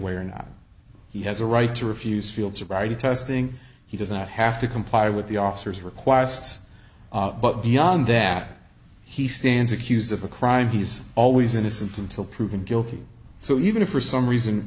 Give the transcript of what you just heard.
way or not he has a right to refuse field sobriety test thing he doesn't have to comply with the officers required but beyond that he stands accused of a crime he's always innocent until proven guilty so even if for some reason